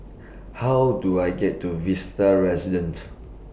How Do I get to Vista Residences